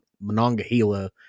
Monongahela